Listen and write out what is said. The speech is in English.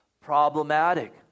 problematic